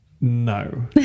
No